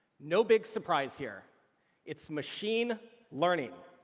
no big surprise here it's machine learning.